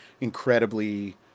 incredibly